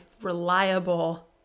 reliable